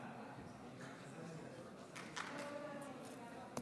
אדוני היושב-ראש,